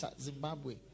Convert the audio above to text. Zimbabwe